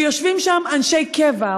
ויושבים שם אנשי קבע,